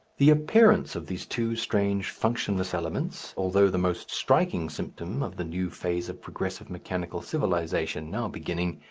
the appearance of these two strange functionless elements, although the most striking symptom of the new phase of progressive mechanical civilization now beginning,